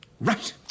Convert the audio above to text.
Right